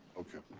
okay.